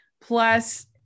plus